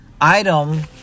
item